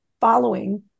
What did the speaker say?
following